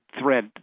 thread